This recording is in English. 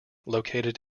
located